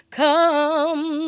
come